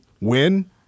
win